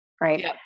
Right